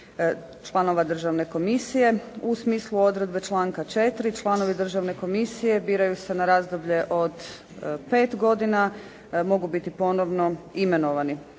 članova Državne komisije. U smislu odredbe članka 4. članovi Državne komisije biraju se na razdoblje od 5 godina, mogu biti ponovno imenovani.